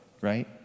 right